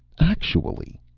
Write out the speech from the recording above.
actually.